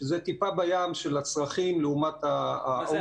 שזה טיפה בים של הצרכים לעומת העומס.